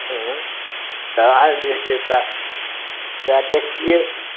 हँ तऽ आइ जे छै से आइ ओकरा देखतियै